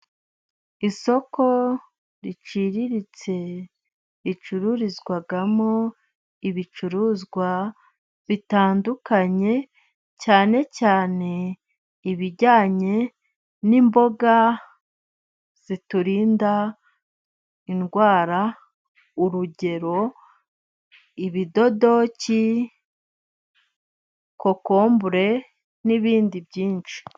Isoko riciriritse ricururizwamo ibicuruzwa bitandukanye, cyane cyane ibijyanye n'imboga ziturinda indwara, urugero ibidodoki, kokombure, n'ibindi byinshi.